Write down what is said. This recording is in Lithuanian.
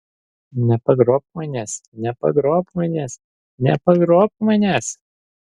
nepagrobk manęs nepagrobk manęs nepagrobk manęs